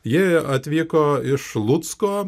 jie atvyko iš lucko